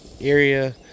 area